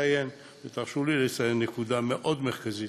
תרשו לי לציין נקודה מאוד מרכזית: